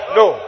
no